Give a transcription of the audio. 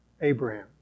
Abraham